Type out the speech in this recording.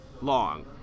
long